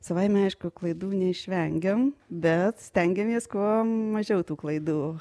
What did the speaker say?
savaime aišku klaidų neišvengiam bet stengiamės kuo mažiau tų klaidų